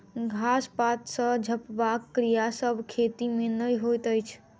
घास पात सॅ झपबाक क्रिया सभ खेती मे नै होइत अछि